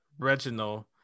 Reginald